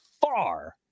far